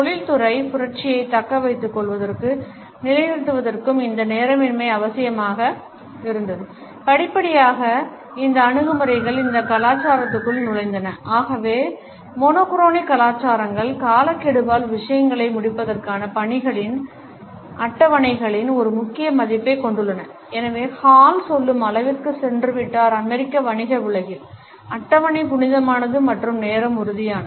தொழில்துறை புரட்சியைத் தக்கவைத்துக்கொள்வதற்கும் நிலைநிறுத்துவதற்கும் இந்த நேரமின்மை அவசியமாக இருந்தது படிப்படியாக இந்த அணுகுமுறைகள் இந்த கலாச்சாரங்களுக்குள் நுழைந்தன ஆகவே ஒரே வண்ண கலாச்சாரங்கள் காலக்கெடுவால் விஷயங்களை முடிப்பதற்கான பணிகளின் அட்டவணைகளில் ஒரு முக்கிய மதிப்பைக் கொண்டுள்ளன எனவே ஹால் சொல்லும் அளவிற்கு சென்றுவிட்டார் அமெரிக்க வணிக உலகில் அட்டவணை புனிதமானது மற்றும் நேரம் உறுதியானது